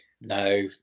No